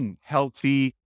healthy